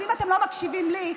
אז אם אתם לא מקשיבים לי,